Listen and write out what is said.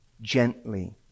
Gently